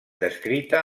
descrita